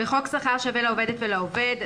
בחוק שכר שווה לעובדת ולעובד,